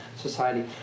society